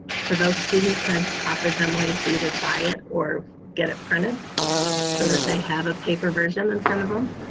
for those students, i've offered them ways to either buy it or get it printed so that they have a paper version in front of them.